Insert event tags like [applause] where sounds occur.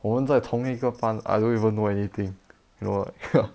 我们在同一个班 I don't even know anything you know like [laughs]